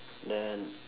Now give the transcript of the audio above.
then